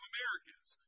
Americans